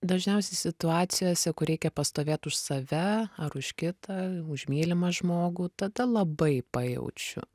dažniausiai situacijose kur reikia pastovėt už save ar už kitą už mylimą žmogų tada labai pajaučiu